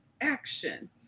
action